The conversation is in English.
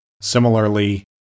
Similarly